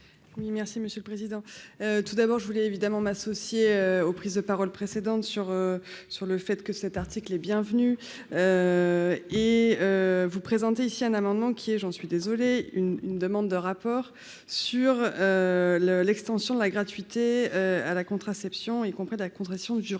Merci monsieur le président, tout d'abord : je voulais évidemment m'associer aux prises de parole précédente sur sur le fait que cet article est bienvenu et vous présenter ici un amendement qui est, j'en suis désolé, une demande de rapport sur le l'extension de la gratuité à la contraception, ils comprennent la contraction d'urgence,